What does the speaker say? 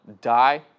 die